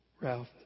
Ralph